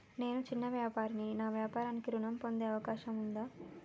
నేను చిన్న వ్యాపారిని నా వ్యాపారానికి ఋణం పొందే అవకాశం ఉందా?